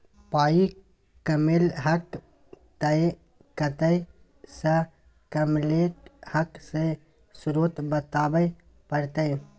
पाइ कमेलहक तए कतय सँ कमेलहक से स्रोत बताबै परतह